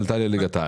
היא עלתה לליגת העל.